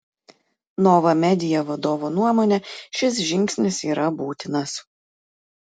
nova media vadovo nuomone šis žingsnis yra būtinas